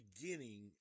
beginning